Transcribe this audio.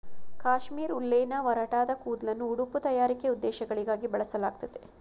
ಕಾಶ್ಮೀರ್ ಉಲ್ಲೆನ್ನ ಒರಟಾದ ಕೂದ್ಲನ್ನು ಉಡುಪು ತಯಾರಿಕೆ ಉದ್ದೇಶಗಳಿಗಾಗಿ ಬಳಸಲಾಗ್ತದೆ